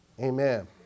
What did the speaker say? Amen